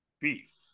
beef